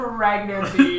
Pregnancy